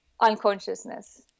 unconsciousness